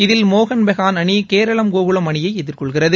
இதில் மோகன் பெஹான் அணி கேரளம் கோகுலம் அணியை எதிர்கொள்கிறது